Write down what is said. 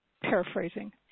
paraphrasing